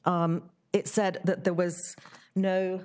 it said that there was no